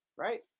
Right